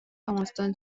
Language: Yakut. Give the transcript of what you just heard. оҥостон